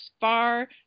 far